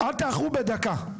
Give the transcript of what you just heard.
אל תאחרו בדקה.